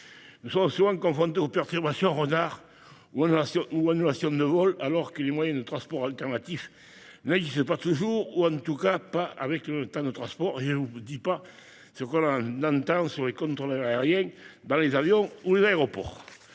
nous sommes souvent confrontés à des perturbations, retards ou annulations de vols, alors que les moyens de transport alternatifs n'existent pas toujours, ou en tout cas pas avec le même temps de transport. Et je ne vous dis pas ce qu'on entend sur les contrôleurs aériens dans les avions ou les aéroports